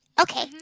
Okay